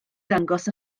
ddangos